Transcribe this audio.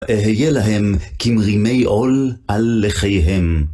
אהיה להם כמרימי עול על לחיהם.